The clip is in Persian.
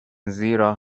زیرا